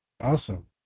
awesome